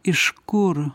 iš kur